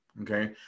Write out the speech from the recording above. Okay